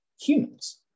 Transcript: humans